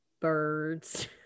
birds